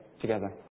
together